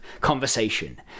conversation